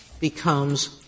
becomes